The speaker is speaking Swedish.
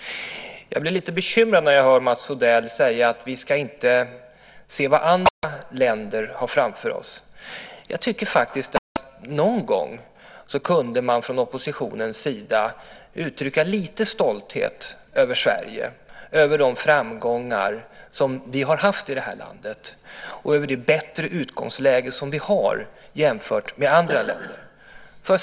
Jag blir lite bekymrad när jag hör Mats Odell säga att vi inte ska se vad andra länder har. Jag tycker faktiskt att oppositionen någon gång kunde uttrycka lite stolthet över Sverige och de framgångar som vi har haft i det här landet och över det bättre utgångsläge som vi har jämfört med andra länder.